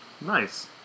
Nice